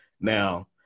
Now